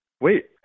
Wait